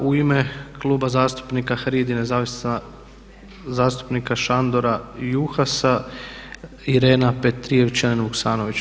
U ime Kluba zastupnika HRID-i i nezavisnog zastupnika Šandora Juhasa Irena Petrijevčanih Vuksanović.